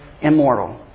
immortal